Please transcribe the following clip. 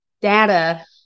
data